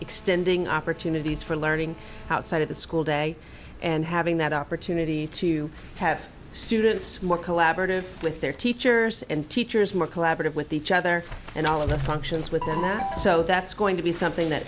extending opportunities for learning outside of the school day and having that opportunity to have students more collaborative with their teachers and teachers more collaborative with each other and all of the functions with the math so that's going to be something that